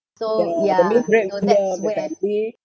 that means where's you can't be